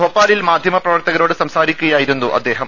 ഭോപ്പാലിൽ മാധ്യമപ്രവർത്തകരോട് സംസാരിക്കുകയായിരുന്നു അദ്ദേഹം